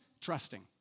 Trusting